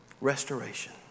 Restoration